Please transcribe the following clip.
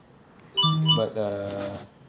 but uh